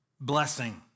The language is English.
blessing